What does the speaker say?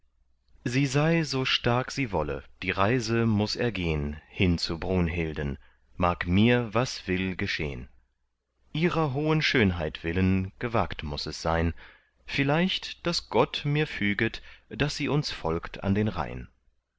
sie so stark sie wolle die reise muß ergehn hin zu brunhilden mag mir was will geschehn ihrer hohen schönheit willen gewagt muß es sein vielleicht daß gott mir füget daß sie uns folgt an den rhein